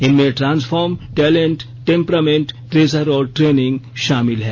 इनमें transform talent temperament treasure और training शामिल है